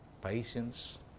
patience